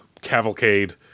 cavalcade